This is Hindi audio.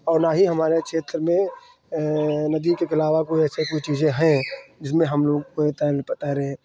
और ना ही हमारा क्षेत्र में नदी के अलावा कोई ऐसा कोई चीज़ें हैं जिसमें हम लोग तैर तैरें